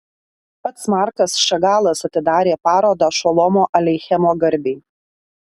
pats markas šagalas atidarė parodą šolomo aleichemo garbei